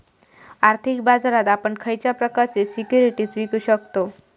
आर्थिक बाजारात आपण खयच्या प्रकारचे सिक्युरिटीज विकु शकतव?